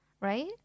right